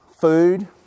food